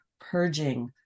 purging